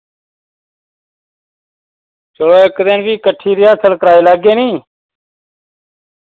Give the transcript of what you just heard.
चलो इक दिन फ्ही कट्ठी रिहर्सल कराई लैगे नी